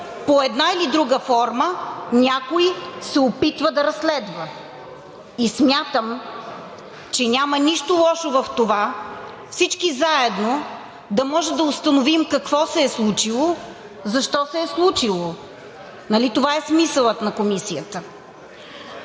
под една или друга форма някой се опитва да разследва. И смятам, че няма нищо лошо в това всички заедно да може да установим какво се е случило, защо се е случило. Нали това е смисълът на комисията?